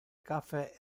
caffe